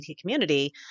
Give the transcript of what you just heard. community